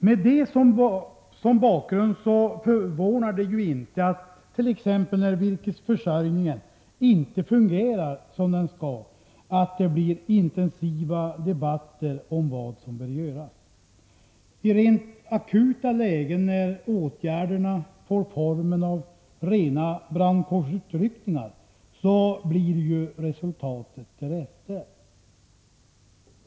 Med detta som bakgrund är det inte förvånande att det, t.ex. när virkesförsörjningen inte fungerar som den skall, blir intensiva debatter om vad som bör göras. I akuta lägen, där åtgärderna får formen av rena brandkårsutryckningar, blir resultatet därefter.